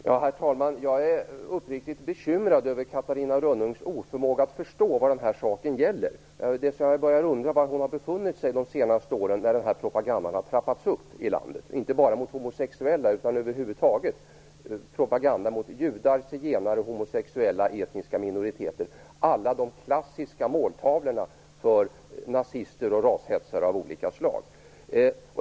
Herr talman! Jag är uppriktigt bekymrad över Catarina Rönnungs oförmåga att förstå vad saken gäller. Jag börjar undra var hon har befunnit sig under de senaste åren då propagandan har trappats upp i landet, inte bara mot homosexuella utan över huvud taget. Propagandan har ökat mot judar, mot zigenare, mot homosexuella och mot etniska minoriteter, vilka alla är klassiska måltavlor för nazister och rashetsare av olika slag.